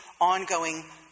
ongoing